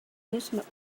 amusement